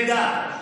רגע.